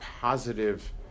positive